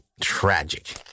Tragic